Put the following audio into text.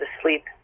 asleep